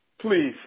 please